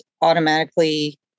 automatically